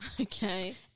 Okay